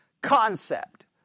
concept